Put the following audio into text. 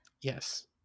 Yes